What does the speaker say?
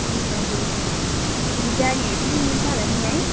हजुर अनि गाडीहरू पनि मिल्छ होला नि है